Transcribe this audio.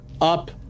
up